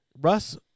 Russ